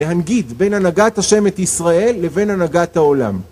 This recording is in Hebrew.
להנגיד בין הנהגת ה' את ישראל לבין הנהגת העולם.